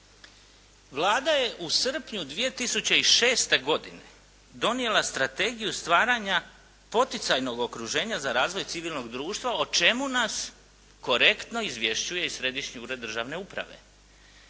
Vlada je u srpnju 2006. godine donijela Strategiju stvaranja poticajnog okruženja za razvoj civilnog društva o čemu nas korektno izvješćuje i Središnji ured državne uprave.